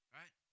right